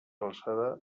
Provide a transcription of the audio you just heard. alçada